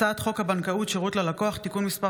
הצעת חוק הבנקאות (שירות ללקוח) (תיקון מס'